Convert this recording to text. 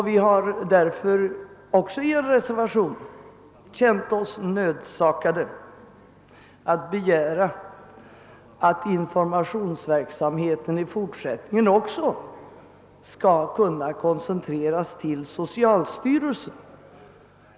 Vi har därför känt oss nödsakade att i en reservation begära att informationsverksamheten i fortsättningen också skall kunna koncentreras till socialstyrelsen.